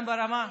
גם ברמה,